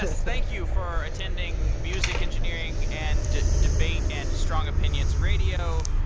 thank you for attending music engineering and debate and strong opinions radio,